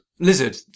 Lizard